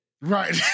right